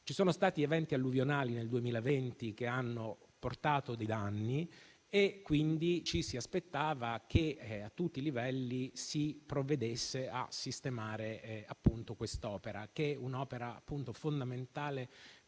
ci sono stati eventi alluvionali che hanno portato dei danni, quindi ci si aspettava che a tutti i livelli si provvedesse a sistemare quest'opera fondamentale per